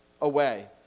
away